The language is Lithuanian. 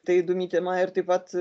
tai įdomi tema ir taip pat